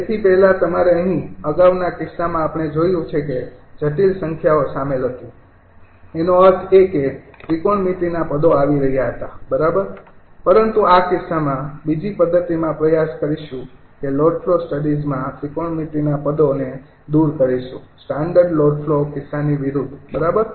તેથી પહેલા તમારે અહીં અગાઉના કિસ્સામાં આપણે જોયું છે કે જટિલ સંખ્યાઓ શામેલ હતી તેનો અર્થ એ કે ત્રિકોણમિતિની પદો આવી રહ્યા હતા બરાબર પરંતુ આ કિસ્સામાં બીજી પદ્ધતિમાં પ્રયાસ કરીશું કે લોડ ફ્લો સ્ટડીઝમાં ત્રિકોણમિતિ પદોને દૂર કરીશું સ્ટાન્ડર્ડ લોડ ફ્લો કિસ્સાની વિરુદ્ધ બરાબર